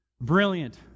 brilliant